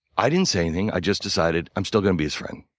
i didn't say anything. i just decided i'm still gonna be his friend,